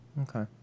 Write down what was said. Okay